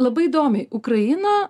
labai įdomiai ukraina